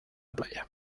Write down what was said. playa